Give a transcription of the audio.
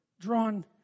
drawn